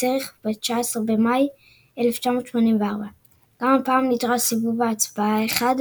בציריך ב-19 במאי 1984. גם הפעם נדרש סיבוב הצבעה אחד,